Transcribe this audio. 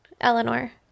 Eleanor